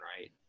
right